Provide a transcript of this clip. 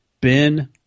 Ben